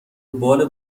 بال